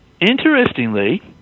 interestingly